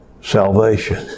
salvation